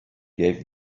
gave